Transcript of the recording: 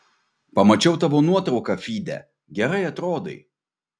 pamačiau tavo nuotrauką fyde gerai atrodai